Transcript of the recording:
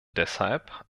deshalb